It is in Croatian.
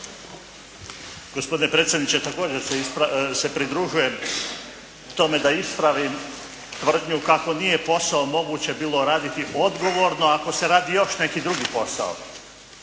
Gospodine predsjedniče, također se pridružujem tome da ispravim tvrdnju kako nije posao moguće bilo raditi odgovorno ako se radi još neki drugi posao.